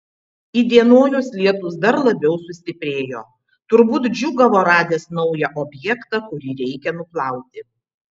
įdienojus lietus dar labiau sustiprėjo turbūt džiūgavo radęs naują objektą kurį reikia nuplauti